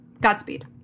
Godspeed